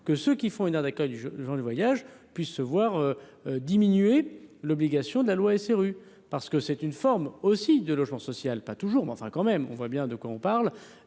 que ceux qui font une aire d'accueil des gens du voyage puissent se voir diminuer l'obligation de la loi SRU, parce que c'est une forme aussi de l'argent. Social, pas toujours, mais enfin quand même, on voit bien de quoi on parle,